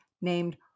named